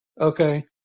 Okay